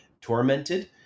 tormented